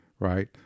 Right